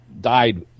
died